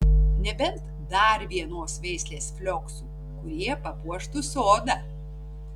nebent dar vienos veislės flioksų kurie papuoštų sodą